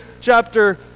chapter